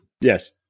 yes